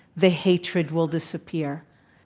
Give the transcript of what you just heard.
the hatred will disappear.